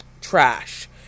trash